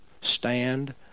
Stand